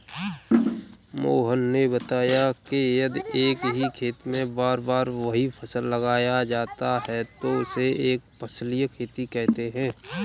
मोहन ने बताया कि यदि एक ही खेत में बार बार वही फसल लगाया जाता है तो उसे एक फसलीय खेती कहते हैं